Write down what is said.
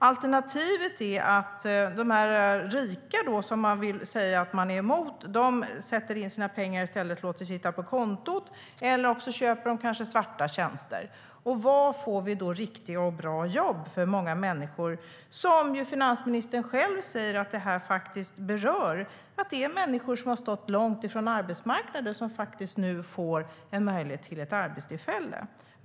Alternativet är att de rika, som man säger att man är emot, sätter in sina pengar på konton eller kanske köper svarta tjänster. Var får vi då riktiga och bra jobb för många människor? Finansministern säger ju själv att detta handlar om människor som har stått långt ifrån arbetsmarknaden som nu får ett arbetstillfälle.